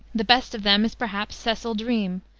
the best of them is, perhaps, cecil dreeme,